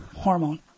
Hormone